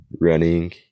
running